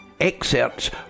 excerpts